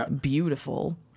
beautiful